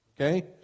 okay